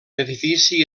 edifici